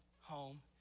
home